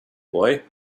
boy